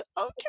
Okay